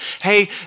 hey